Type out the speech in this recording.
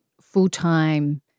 full-time